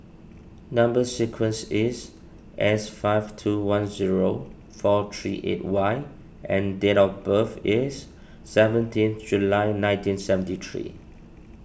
Number Sequence is S five two one zero four three eight Y and date of birth is seventeenth July nineteen seventy three